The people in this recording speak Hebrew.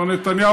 מר נתניהו,